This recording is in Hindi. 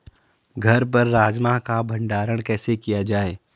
घर पर राजमा का भण्डारण कैसे किया जाय?